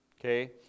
Okay